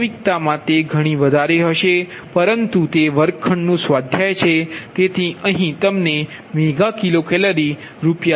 વાસ્તવિકતામાં તે ઘણી વધારે હશે પરંતુ તે વર્ગખંડનુ સ્વાધ્યાય છે તેથી અહીં તમને મેગા કિલો કેલરી રૂ